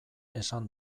esan